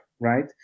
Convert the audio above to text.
right